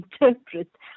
interpret